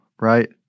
right